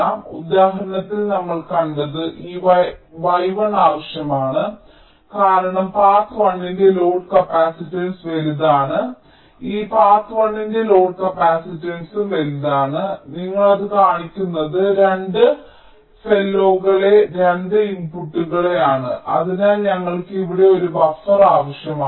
അതിനാൽ ഉദാഹരണത്തിൽ നമ്മൾ കണ്ടത് ഈ y1 ആവശ്യമാണ് കാരണം പാത്ത് 1 ന്റെ ലോഡ് കപ്പാസിറ്റൻസ് വലുതാണ് ഈ പാത 1 ന്റെ ലോഡ് കപ്പാസിറ്റൻസ് വലുതാണ് നിങ്ങൾ അത് കാണിക്കുന്നത് 2 ഫെലോകളെ 2 ഇൻപുട്ടുകളെയാണ് അതിനാൽ ഞങ്ങൾക്ക് ഇവിടെ ഒരു ബഫർ ആവശ്യമാണ്